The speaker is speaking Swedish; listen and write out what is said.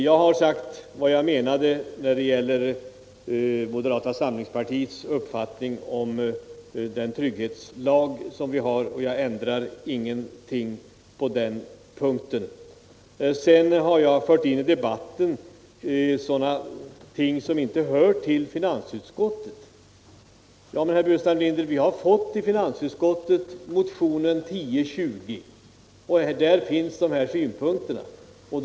Jag har sagt vad jag anser beträffande moderata samlingspartiets uppfattning om trygghetslagen, och jag ändrar ingenting på den punkten. Herr Burenstam Linder påstår att jag har fört in i debatten sådana ting som inte hör till finansutskottet. Men finansutskottet har, herr Burenstam Linder, till behandling fått motionen 1020, vari dessa synpunkter framförs.